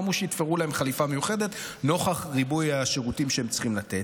ואמרו שיתפרו להם חליפה מיוחדת נוכח ריבוי השירותים שהם צריכים לתת.